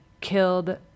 killed